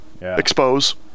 Expose